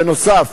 בנוסף,